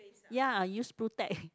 ya I use blu-tack